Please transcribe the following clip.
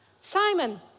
Simon